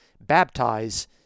baptize